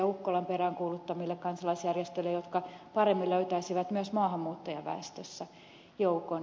ukkolan peräänkuuluttamille kansalaisjärjestöille jotka paremmin löytäisivät myös maahanmuuttajaväestöstä joukon